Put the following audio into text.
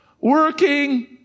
working